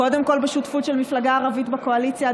קודם כול בשותפות של מפלגה ערבית בקואליציה,